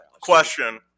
question